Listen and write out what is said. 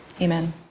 amen